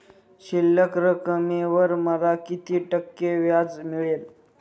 शिल्लक रकमेवर मला किती टक्के व्याज मिळेल?